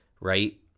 right